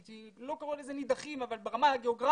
לא הייתי קורא להם נידחים אבל ברמה הגיאוגרפית